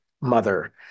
mother